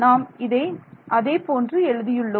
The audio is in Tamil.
நாம் இதை அதேபோன்று எழுதியுள்ளோம்